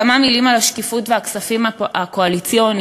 כמה מילים על השקיפות והכספים הקואליציוניים,